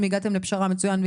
אם הגעתם לפשרה, מצוין.